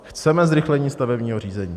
Chceme zrychlení stavebního řízení.